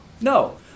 No